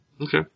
Okay